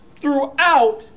throughout